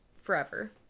forever